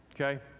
okay